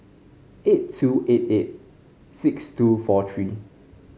eight two eight eight six two four three